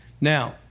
Now